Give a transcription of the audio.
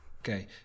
Okay